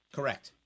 Correct